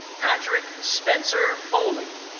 patrick spencer foley.